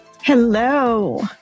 Hello